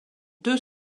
deux